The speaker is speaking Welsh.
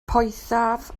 poethaf